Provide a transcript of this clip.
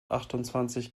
achtundzwanzig